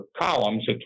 columns